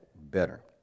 better